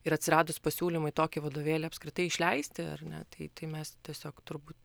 ir atsiradus pasiūlymui tokį vadovėlį apskritai išleisti ar ne tai tai mes tiesiog turbūt